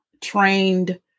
trained